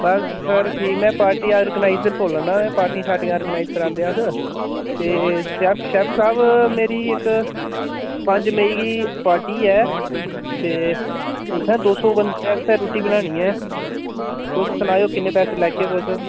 बस sir ठीक मैं party organiser बोला ना सर पार्टियां शर्टियां आर्गनाइज करांदे अस ते शेफ शेफ साहब मेरी इक पंज मेई गी पार्टी ऐ ते उत्थै दो सौ बंदे आस्तै रुट्टी बनानी ऐ तुस सनाएओ किन्ने पैसे लैगे तुस